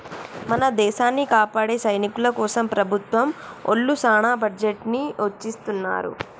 మన దేసాన్ని కాపాడే సైనికుల కోసం ప్రభుత్వం ఒళ్ళు సాన బడ్జెట్ ని ఎచ్చిత్తున్నారు